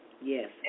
yes